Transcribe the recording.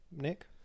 Nick